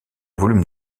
volume